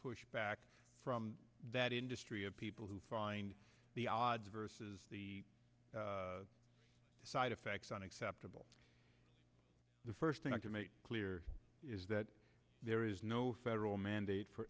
pushback from that industry people who find the odds versus the side effects on acceptable the first thing i can make clear is that there is no federal mandate for